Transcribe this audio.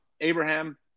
Abraham